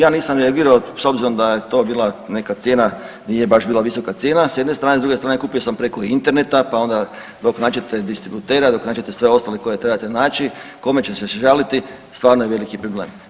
Ja nisam reagirao s obzirom da je to bila neka cijena, nije baš bila visoka cijena, s jedne strane, s druge strane kupio sam preko interneta pa onda dok nađete distributera, dok nađete sve ostale koje trebate naći, kome ćete se žaliti stvarno je veliki problem.